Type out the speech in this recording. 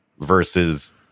versus